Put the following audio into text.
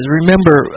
remember